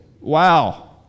wow